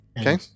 Okay